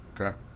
Okay